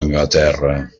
anglaterra